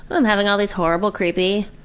but i'm having all these horrible, creepy.